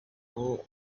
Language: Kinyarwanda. ngo